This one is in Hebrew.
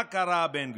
מה קרה, בן גביר?